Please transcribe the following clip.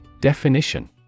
Definition